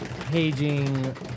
Paging